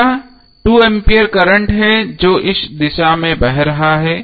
अगला 2 A current है जो इस दिशा में बह रहा है